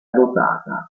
dotata